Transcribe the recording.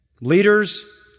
Leaders